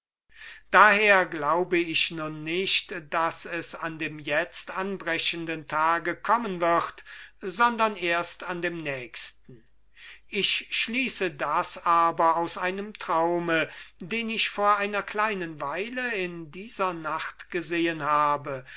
daher glaube ich nun nicht daß es an dem jetzt anbrechenden tage kommen wird sondern erst an dem nächsten ich schließe das aber aus einem traume den ich vor einer kleinen weile in dieser nacht gesehen habe